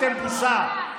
אתם בושה.